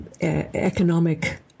economic